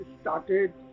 started